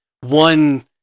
one